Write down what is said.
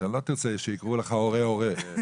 אתה לא תרצה שיקראו לך הורה הורה.